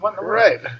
right